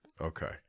Okay